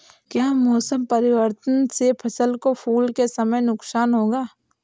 क्या मौसम परिवर्तन से फसल को फूल के समय नुकसान होगा?